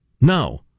No